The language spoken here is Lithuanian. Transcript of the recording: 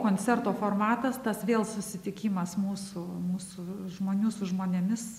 koncerto formatas tas vėl susitikimas mūsų mūsų žmonių su žmonėmis